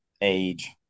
age